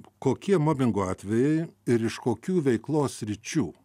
kokie mobingo atvejai ir iš kokių veiklos sričių